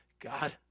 God